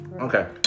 Okay